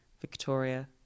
Victoria